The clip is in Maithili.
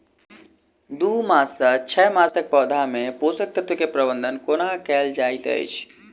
दू मास सँ छै मासक पौधा मे पोसक तत्त्व केँ प्रबंधन कोना कएल जाइत अछि?